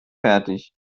fertig